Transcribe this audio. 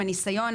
הניסיון,